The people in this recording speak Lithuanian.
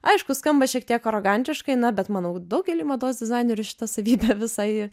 aišku skamba šiek tiek arogantiškai na bet manau daugeliui mados dizainerių šita savybė visai